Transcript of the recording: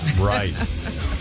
Right